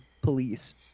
police